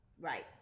right